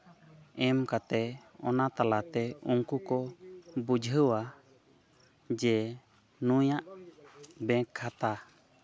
ᱮᱢ ᱠᱟᱛᱮᱫ ᱚᱱᱟ ᱛᱟᱞᱟᱛᱮ ᱩᱱᱠᱩ ᱠᱚ ᱵᱩᱡᱷᱟᱹᱣᱟ ᱡᱮ ᱱᱩᱭᱟᱜ ᱵᱮᱝᱠ ᱠᱷᱟᱛᱟ